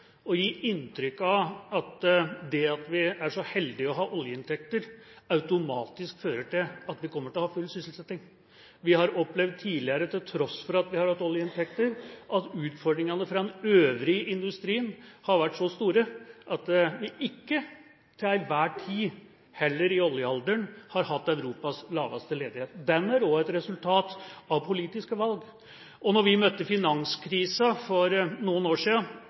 så heldige å ha oljeinntekter, automatisk fører til at vi kommer til å ha full sysselsetting. Til tross for at vi har hatt oljeinntekter, har vi tidligere opplevd at utfordringene fra den øvrige industrien har vært så store at vi ikke til enhver tid – heller ikke i oljealderen – har hatt Europas laveste ledighet. Ledigheten er også et resultat av politiske valg. Da vi møtte finanskrisen for noen år